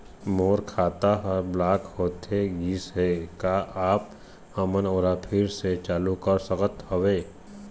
मोर खाता हर ब्लॉक होथे गिस हे, का आप हमन ओला फिर से चालू कर सकत हावे?